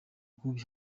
kubi